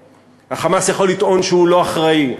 ה"חמאס" יכול לטעון שהוא לא אחראי,